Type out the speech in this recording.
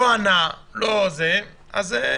לא ענה, פספס.